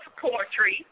poetry